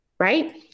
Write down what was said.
Right